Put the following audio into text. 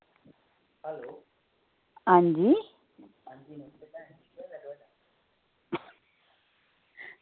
आं जी